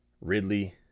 Ridley